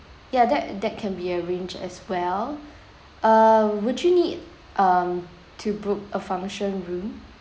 ya that that can be arranged as well uh would you need um to book a function room